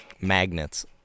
magnets